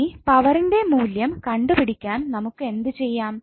ഇനി പവർന്റെ മൂല്യം കണ്ടു പിടിക്കാൻ നമുക്ക് എന്ത് ചെയ്യാം